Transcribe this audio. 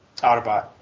Autobot